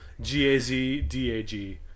G-A-Z-D-A-G